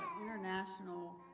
international